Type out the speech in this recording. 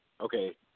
Okay